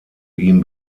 ihm